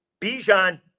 Bijan